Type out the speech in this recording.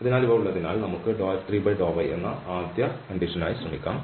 അതിനാൽ ഇത് ഉള്ളതിനാൽ നമുക്ക് F3∂yഎന്ന ആദ്യ അവസ്ഥയ്ക്കായി ശ്രമിക്കാം